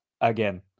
again